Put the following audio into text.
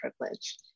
privilege